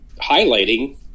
highlighting